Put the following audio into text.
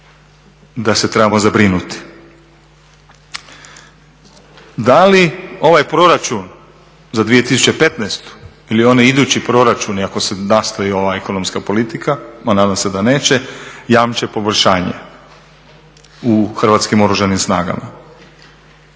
da se trebamo zabrinuti. Da li ovaj proračun za 2015. ili oni idući proračuni ako se nastavi ova ekonomska politika a nadam se da neće, jamče poboljšanje u hrvatskim Oružanim snagama?